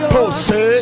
Pose